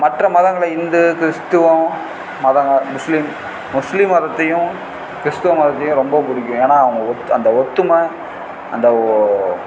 மற்ற மதங்களை இந்து கிறிஸ்துவம் மதங்கள் முஸ்லீம் முஸ்லீம் மதத்தையும் கிறிஸ்துவ மதத்தையும் ரொம்பப் பிடிக்கும் ஏன்னா அவங்க ஒத் அந்த ஒத்துமை அந்த ஓ